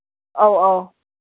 ꯑꯧ ꯑꯧ